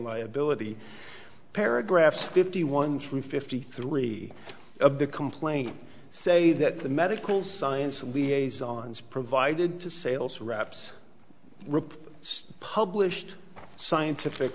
liability paragraph fifty one three fifty three of the complaint say that the medical science liaisons provided to sales reps reap state published scientific